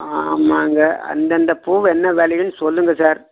ஆமாங்க அந்தந்த பூ என்ன விலையுனு சொல்லுங்கள் சார்